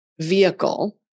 vehicle